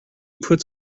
puts